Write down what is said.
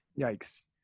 Yikes